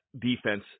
defense